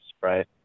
right